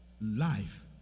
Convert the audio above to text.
life